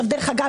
דרך אגב,